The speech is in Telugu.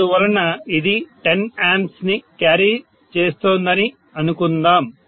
అందువలన ఇది 10 A ని క్యారీ చేస్తోందని అనుకుందాం